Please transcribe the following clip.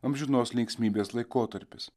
amžinos linksmybės laikotarpis